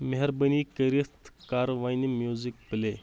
مہربٲنی کٔرِتھ کر وۄنۍ میوزک پلے